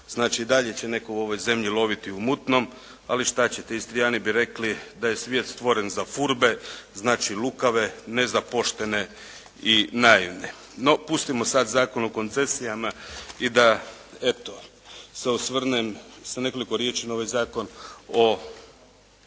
Znači i dalje će netko u ovoj zemlji loviti u mutnom, ali što će te. Istrijani bi rekli, da je svijet stvoren za furbe, znači lukave, ne za poštene i naivne. No, pustimo sada Zakon o koncesijama i da eto se osvrnem sa nekoliko riječi na ovaj Zakon o